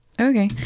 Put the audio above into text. Okay